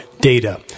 data